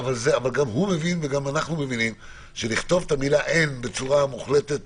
אבל גם הוא מבין וגם אנחנו מבינים שלכתוב את המילה "אין" בצורה מוחלטת